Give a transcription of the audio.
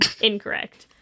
incorrect